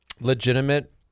legitimate